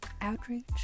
Outreach